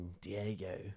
Diego